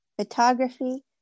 photography